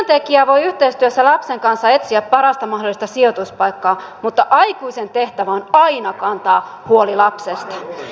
työntekijä voi yhteistyössä lapsen kanssa etsiä parasta mahdollista sijoituspaikkaa mutta aikuisen tehtävä on aina kantaa huoli lapsesta